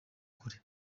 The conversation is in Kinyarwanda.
kure